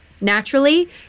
naturally